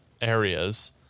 areas